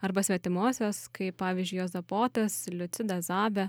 arba svetimosios kai pavyzdžiui juozapotas liucida zabė